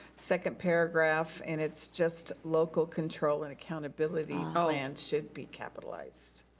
second paragraph, and it's just local control and accountability plan should be capitalized.